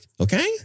Okay